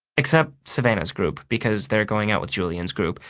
except savanna's group, because they're going out with julian's group.